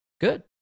Good